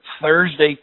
Thursday